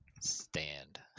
stand